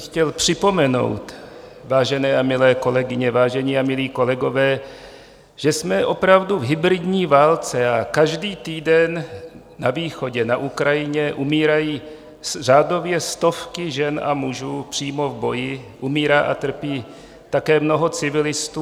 Chtěl bych připomenout, vážené a milé kolegyně, vážení a milí kolegové, že jsme opravdu v hybridní válce a každý týden na východě, na Ukrajině, umírají řádově stovky žen a mužů přímo v boji, umírá a trpí také mnoho civilistů.